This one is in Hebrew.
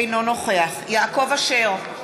אינו נוכח יעקב אשר,